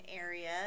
area